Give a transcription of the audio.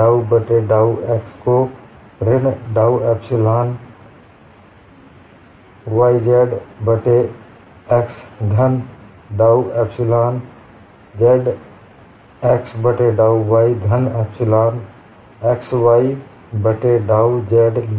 डाउ बट्टे डाउ x of ऋण डाउ एप्सिलॉन y z बट्टे डाउ x धन डाउ एप्सिलॉन z x बट्टे डाउ y धन डाउ एप्सिलॉन x y बट्टे डाउ z किया